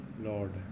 Lord